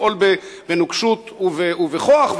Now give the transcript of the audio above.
לפעול בנוקשות ובכוח?